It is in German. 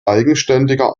eigenständiger